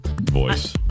voice